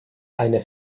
eine